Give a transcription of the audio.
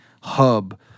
hub